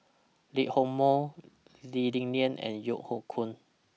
Lee Hock Moh Lee Li Lian and Yeo Hoe Koon